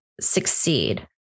succeed